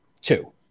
two